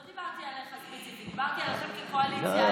לא דיברתי עליך ספציפית, דיברתי עליכם כקואליציה,